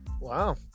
Wow